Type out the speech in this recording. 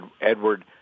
Edward